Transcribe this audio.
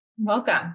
Welcome